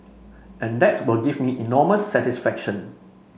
and that will give me enormous satisfaction